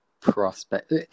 Prospect